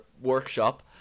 workshop